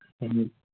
ꯎꯝ